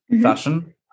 fashion